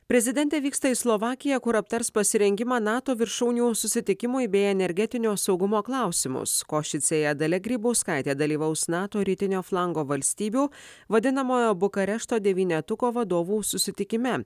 prezidentė vyksta į slovakiją kur aptars pasirengimą nato viršūnių susitikimui energetinio saugumo klausimus košicėje dalia grybauskaitė dalyvaus nato rytinio flango valstybių vadinamojo bukarešto devynetuko vadovų susitikime